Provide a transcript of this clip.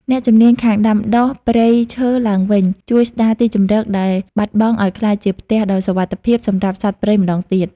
អ្នកជំនាញខាងដាំដុះព្រៃឈើឡើងវិញ ជួយស្តារទីជម្រកដែលបាត់បង់ឱ្យក្លាយជាផ្ទះដ៏សុវត្ថិភាពសម្រាប់សត្វព្រៃម្តងទៀត។